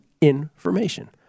information